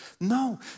No